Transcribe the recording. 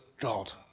God